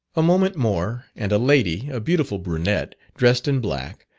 a moment more and a lady a beautiful brunette dressed in black,